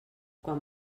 quan